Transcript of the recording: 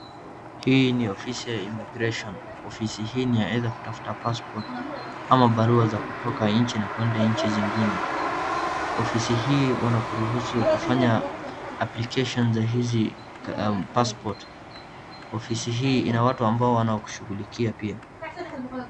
Hii ni ofisi ya impresion. Ofisi hii ni ya either kutafuta passport ama barua za kutoka nje na kuenda nchi zingine. Ofisi hii wanakuruhusu kufanya application za hizi passport .Ofisi hii ina watu wanaokushughulikia pia.